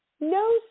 No